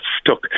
stuck